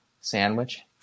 sandwich